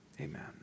amen